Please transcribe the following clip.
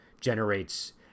generates